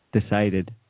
decided